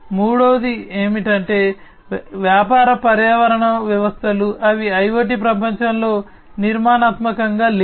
మూడవది ఏమిటంటే వ్యాపార పర్యావరణ వ్యవస్థలు అవి IoT ప్రపంచంలో నిర్మాణాత్మకంగా లేవు